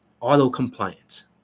auto-compliance